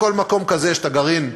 בכל מקום כזה יש גרעין ראשון,